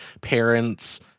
parents